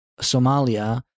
Somalia